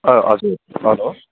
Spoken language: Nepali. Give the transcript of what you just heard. हजुर हेलो